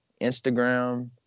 Instagram